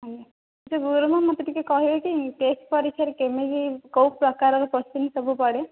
ଆଜ୍ଞା ଗୁରୁମା ମୋତେ ଟିକିଏ କହିବେ କି ଟେଷ୍ଟ୍ ପରୀକ୍ଷାରେ କେମିତି କେଉଁ ପ୍ରକାରର କ୍ୱେଶ୍ଚିନ୍ ସବୁ ପଡ଼େ